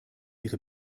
ihre